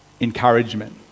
Encouragement